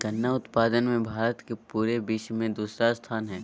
गन्ना उत्पादन मे भारत के पूरे विश्व मे दूसरा स्थान हय